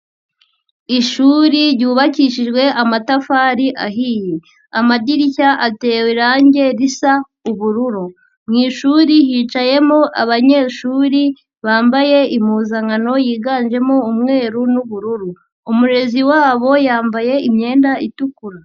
Ishuri ryubakishijwe amatafari ahiye. Amadirishya aterawe irange risa ubururu. Mu ishuri hicayemo abanyeshuri bambaye impuzankano yiganjemo umweru n'ubururu. Umurezi wabo yambaye imyenda itukura.